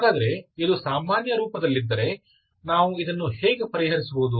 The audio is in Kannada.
ಹಾಗಾದರೆ ಇದು ಸಾಮಾನ್ಯ ರೂಪದಲ್ಲಿದ್ದರೆ ನಾವು ಇದನ್ನು ಹೇಗೆ ಪರಿಹರಿಸುವುದು